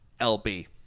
LB